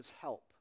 help